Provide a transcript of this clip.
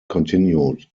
continued